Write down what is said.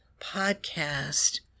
podcast